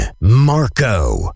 Marco